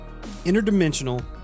interdimensional